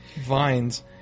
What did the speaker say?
Vines